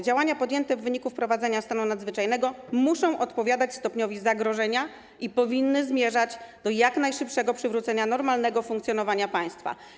Działania podjęte w wyniku wprowadzenia stanu nadzwyczajnego muszą odpowiadać stopniowi zagrożenia i powinny zmierzać do jak najszybszego przywrócenia normalnego funkcjonowania państwa”